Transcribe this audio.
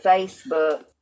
Facebook